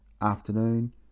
afternoon